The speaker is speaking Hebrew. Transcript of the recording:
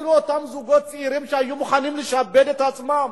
אפילו אותם זוגות צעירים שהיו מוכנים לשעבד את עצמם,